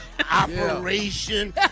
operation